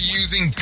using